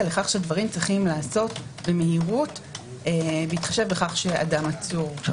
לכך שהדברים צרכים להיעשות במהירות בהתחשב בכך שהאדם עצור.